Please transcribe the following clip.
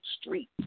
street